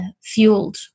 fueled